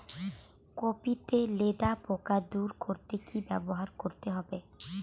Copy তে লেদা পোকা দূর করতে কি ব্যবহার করতে হবে?